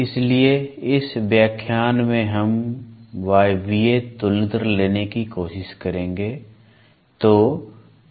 इसलिए इस व्याख्यान में हम वायवीय तुलनित्र लेने की कोशिश करेंगे